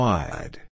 Wide